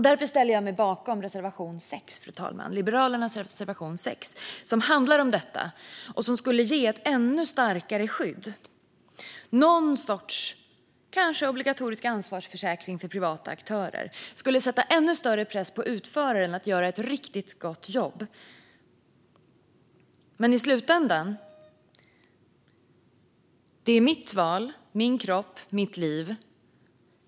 Därför yrkar jag bifall till Liberalernas reservation 6 som handlar om detta. Det handlar om att ge ett ännu starkare skydd. Kanske skulle någon sorts obligatorisk ansvarsförsäkring för privata aktörer sätta ännu större press på utförare att göra ett riktigt bra jobb. I slutändan är det mitt val, min kropp och mitt liv.